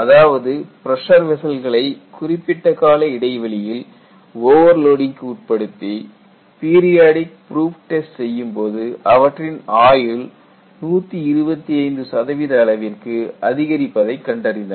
அதாவது பிரஷர் வெசல்களை குறிப்பிட்ட கால இடைவெளியில் ஓவர்லோடிங்க்கு உட்படுத்தி பீரியாடிக் ப்ரூஃப் டெஸ்ட் செய்யும்போது அவற்றின் ஆயுள் 125 அளவிற்கு அதிகரிப்பதை கண்டறிந்தனர்